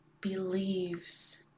believes